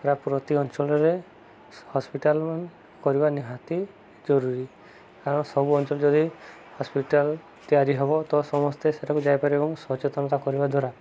ପୁରା ପ୍ରତି ଅଞ୍ଚଳରେ ହସ୍ପିଟାଲ କରିବା ନିହାତି ଜରୁରୀ କାରଣ ସବୁ ଅଞ୍ଚଳ ଯଦି ହସ୍ପିଟାଲ ତିଆରି ହବ ତ ସମସ୍ତେ ସେଟାକୁ ଯାଇପାରିବ ଏବଂ ସଚେତନତା କରିବା ଦ୍ୱାରା